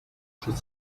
she